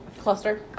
Cluster